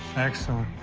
excellent.